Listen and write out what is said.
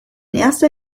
erster